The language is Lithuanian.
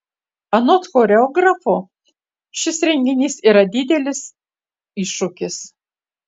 anot choreografo šis renginys yra didelis iššūkis